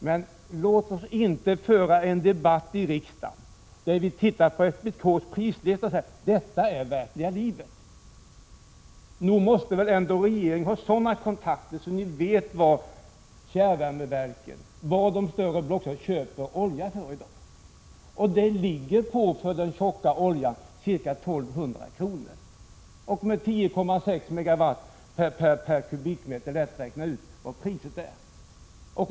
Men låt oss inte föra en debatt i riksdagen som innebär att vi tittar på SPK:s prislista och säger: Detta är verkliga livet. Nog måste väl ändå regeringen ha sådana kontakter att ni vet till vilka priser fjärrvärmeverken köper olja i dag. Priset för den tjocka oljan ligger på ca 1 200 kr. per m?. När man får 10,6 MWh per m? är det lätt att räkna ut vad priset är.